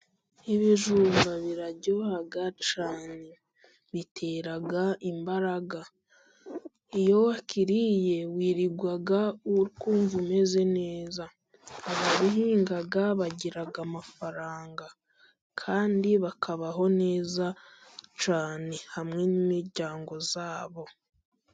ibijumba biraryoha cyane bitera imbaraga iyo wa kiriye wirirwa wumva umeze neza. Abahinga bagira amafaranga kandi bakabaho neza cyane hamwe nimiryango yabo.